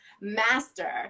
master